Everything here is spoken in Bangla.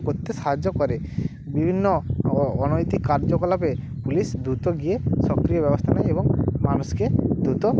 করতে সাহায্য করে বিভিন্ন অনৈতিক কার্যকলাপে পুলিশ দ্রুত গিয়ে সক্রিয় ব্যবস্থা নেয় এবং মানুষকে দ্রুত